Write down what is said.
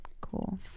Cool